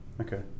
okay